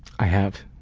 i have.